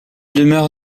demeure